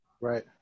Right